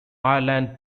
ireland